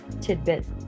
tidbit